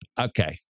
Okay